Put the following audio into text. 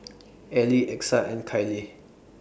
Elie Exa and Kyleigh